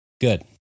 Good